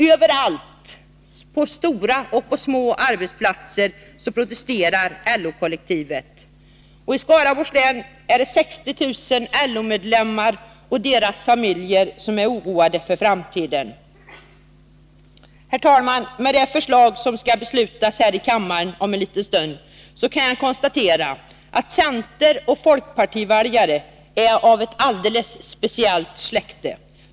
Överallt, på stora och små arbetsplatser, protesterar LO-kollektivet. I Skaraborgs län är 60 000 LO-medlemmar och deras familjer djupt oroade för framtiden. Herr talman! Det förslag som vi skall rösta om här i kammaren om en liten stund ger mig anledning konstatera att centerpartioch folkpartiväljare är av ett alldeles speciellt släkte.